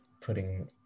putting